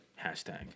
hashtag